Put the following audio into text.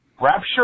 Rapture